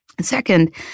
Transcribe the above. Second